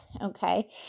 okay